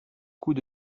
coûts